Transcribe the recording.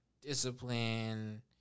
discipline